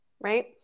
right